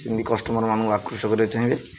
ସେମିତି କଷ୍ଟମରମାନଙ୍କୁ ଆକୃଷ୍ଟ କରିବାକୁ ଚାହିଁବେ